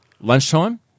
Lunchtime